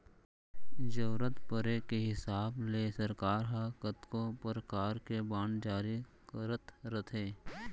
जरूरत परे के हिसाब ले सरकार ह कतको परकार के बांड जारी करत रथे